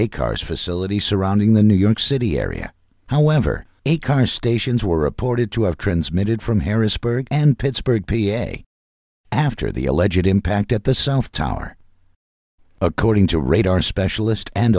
a car's facility surrounding the new york city area however a car stations were reported to have transmitted from harrisburg and pittsburgh p a after the alleged impact at the south tower according to radar specialist and